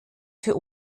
für